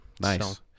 Nice